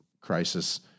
crisis